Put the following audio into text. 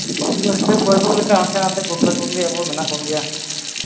ᱵᱟᱹᱭᱥᱟᱹᱠᱷ ᱵᱟᱹᱨᱰᱩ ᱞᱮᱠᱟ ᱦᱟᱱᱛᱮ ᱱᱟᱛᱮ ᱜᱩᱨᱞᱟᱹ ᱜᱩᱨᱞᱤ ᱟᱵᱚ ᱢᱮᱱᱟᱜ ᱵᱚᱱ ᱜᱮᱭᱟ